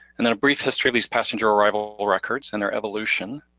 and then a brief history of these passenger arrival records and their evolution,